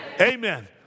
Amen